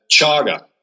chaga